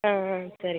ஆ ஆ சரிங்க